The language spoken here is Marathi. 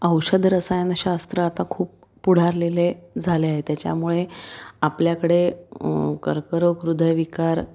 औषध रसायनशास्त्र आता खूप पुढारलेले झाले आहे त्याच्यामुळे आपल्याकडे कर्करोग ह्रदयविकार